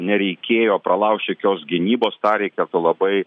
nereikėjo pralaužt jokios gynybos tą reikėtų labai